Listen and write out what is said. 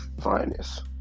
finest